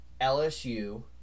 LSU